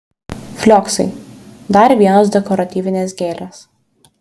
flioksai dar vienos dekoratyvinės gėlės